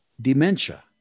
dementia